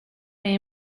may